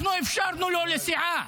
אנחנו אפשרנו לו, לסיעה.